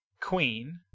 queen